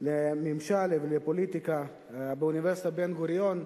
לממשל ופוליטיקה באוניברסיטת בן-גוריון.